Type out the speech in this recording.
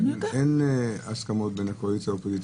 אין הסכמות בין הקואליציה לאופוזיציה.